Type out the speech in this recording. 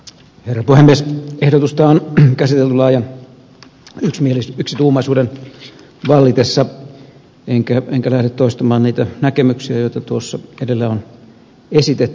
ehdotusta on käsitelty laajan yksituumaisuuden vallitessa enkä lähde toistamaan niitä näkemyksiä joita edellä on esitetty